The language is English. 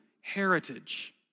heritage